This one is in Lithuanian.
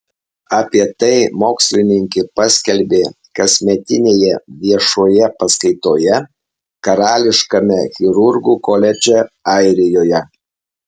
apie tai mokslininkė paskelbė kasmetinėje viešoje paskaitoje karališkame chirurgų koledže airijoje